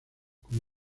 como